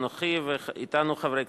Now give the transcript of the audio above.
אדוני היושב-ראש,